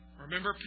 Remember